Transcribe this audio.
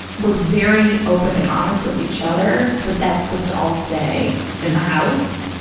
we're very open and honest with each other, but that's supposed to all stay in the house.